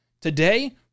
Today